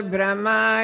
Brahma